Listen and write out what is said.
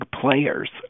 players